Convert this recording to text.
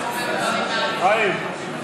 חיים,